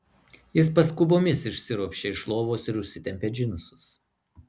jis paskubomis išsiropščia iš lovos ir užsitempia džinsus